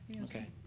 okay